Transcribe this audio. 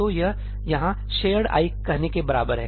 तो यह यहाँ 'shared' कहने के बराबर है